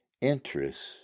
interests